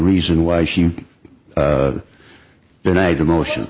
reason why she denied the motion